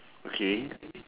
okay